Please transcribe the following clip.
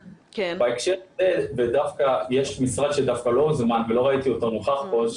בהקשר הזה יש משרד שדווקא לא זומן ולא ראיתי אותו נוכח פה,